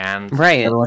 Right